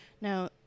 Now